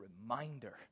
reminder